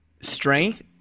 strength